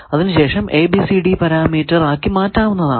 അതിനു ശേഷം ABCD parameter ആക്കി മാറ്റാവുന്നതാണ്